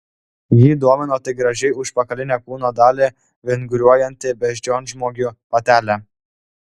jį domino tik gražiai užpakalinę kūno dalį vinguriuojanti beždžionžmogių patelė